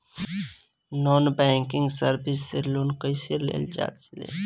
Non banking service से loan कैसे लेल जा ले?